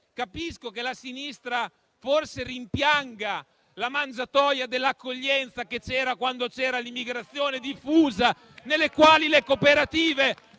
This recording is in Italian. Capisco che la sinistra forse rimpianga la mangiatoia dell'accoglienza che c'era quando c'era l'immigrazione diffusa, quando le cooperative